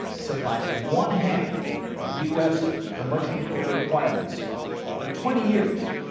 supplied one-half of u. s. commercial nuclear requirements for twenty years.